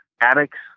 addicts